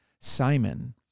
Simon